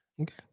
Okay